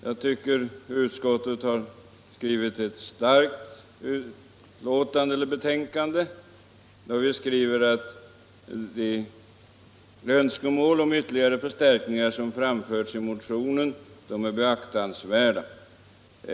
Jag tycker att utskottet har uttalat sig mycket positivt när vi skriver att de önskemål om ytterligare förstärkningar som framförts i motionen är beaktansvärda.